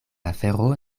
afero